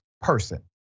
person